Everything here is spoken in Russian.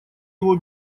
его